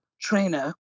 trainer